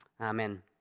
Amen